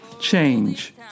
change